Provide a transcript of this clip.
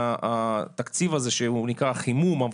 מלבד התקציב הזה שהוא נקרא חימום,